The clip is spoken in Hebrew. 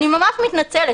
אני ממש מתנצלת,